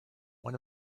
one